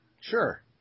Sure